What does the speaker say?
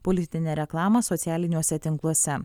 politinę reklamą socialiniuose tinkluose